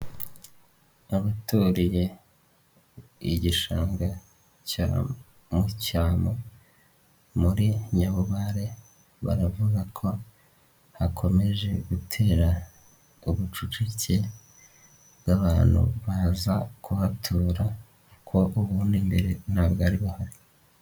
Abaturiye igishanga cya mucyamu muri Nyabubare baravuga ko hakomeje gutera ubucucike bw'abantu baza kuhatura kuko ubundi mbere ntabari bahari.